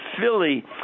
Philly